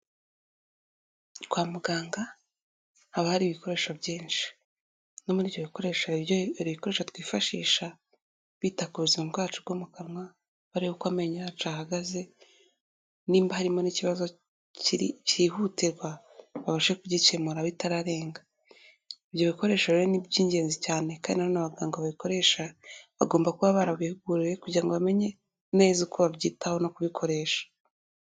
Kwa muganga haba hari ibikoresho byinsh,i no muriryo bikoresho hari akoresha twifashisha twita ku buzima bwacu bwo mu kanwa bareba uko amenyo yacu ahagaze, nimba harimo n'ikibazo kihutirwa babashe kugikemura bitararenga. Ibyo bikoresho rero ni iby'ingenzi cyane kandi n'abaganga babikoresha bagomba kuba barabihuguriwe kugira ngo bamenye neza uko babyitaho no kubikoresha.